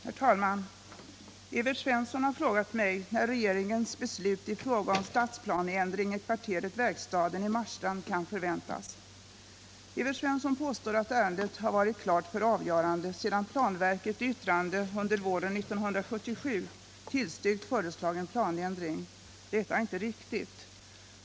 Herr talman! Evert Svensson har frågat mig när regeringens beslut i fråga om stadsplaneändring i kvarteret Verkstaden i Marstrand kan förväntas. Evert Svensson påstår att ärendet varit klart för avgörande sedan planverket i yttrande under våren 1977 tillstyrkt föreslagen planändring. Detta är inte riktigt.